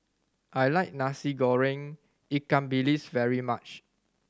I like Nasi Goreng ikan bilis very much